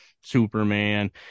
Superman